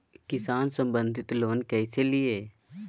किसान संबंधित लोन कैसै लिये?